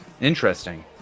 Interesting